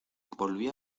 volví